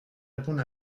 répondre